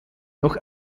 noch